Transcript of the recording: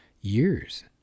years